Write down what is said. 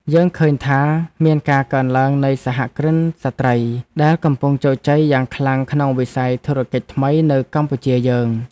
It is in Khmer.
យើងឃើញថាមានការកើនឡើងនៃសហគ្រិនស្ត្រីដែលកំពុងជោគជ័យយ៉ាងខ្លាំងក្នុងវិស័យធុរកិច្ចថ្មីនៅកម្ពុជាយើង។